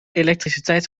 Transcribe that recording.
elektriciteit